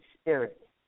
spirit